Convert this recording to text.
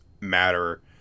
matter